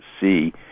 see